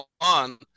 on